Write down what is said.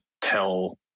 tell